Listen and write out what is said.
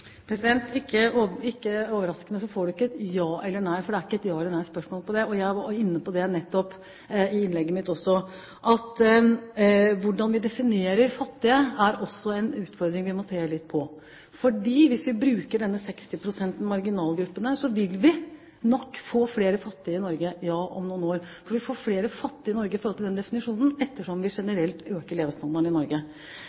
Ikke overraskende får ikke representanten et ja eller nei, for det er ikke et ja- eller nei-svar på det. Jeg var nettopp inne på det i innlegget mitt også. Hvordan vi definerer fattige, er også en utfordring vi må se litt på. Hvis vi bruker denne 60-prosenten, marginalgruppene, vil vi nok få flere fattige i Norge, ja, om noen år, for vi får flere fattige i Norge i forhold til den definisjonen ettersom vi